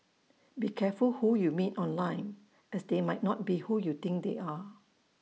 be careful who you meet online as they might not be who you think they are